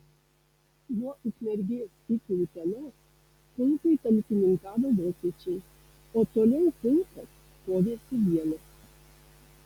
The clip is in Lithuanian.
nuo ukmergės iki utenos pulkui talkininkavo vokiečiai o toliau pulkas kovėsi vienas